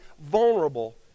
vulnerable